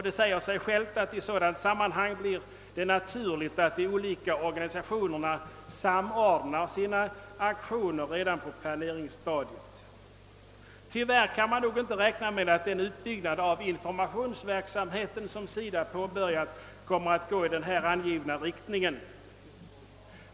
Det säger sig självt att det i sådant sammanhang blir naturligt att de olika organisationerna samordnar sina aktioner redan på planeringsstadiet. Tyvärr kan vi nog inte räkna med att den utbyggnad av informationsverksamheten som SIDA har påbörjat kommer att gå i den här angivna riktningen.